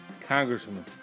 Congressman